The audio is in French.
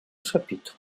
chapitre